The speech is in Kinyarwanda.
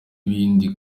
ibindi